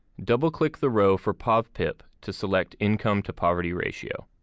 double click the row for povpip to select income-to-poverty ratio.